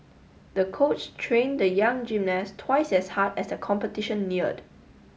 the coach trained the young gymnast twice as hard as the competition neared